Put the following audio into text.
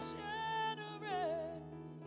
generous